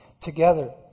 together